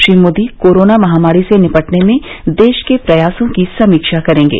Shri Modi corona महामारी से निपटने में देश के प्रयासों की समीक्षा करेंगे